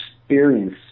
experience